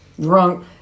Drunk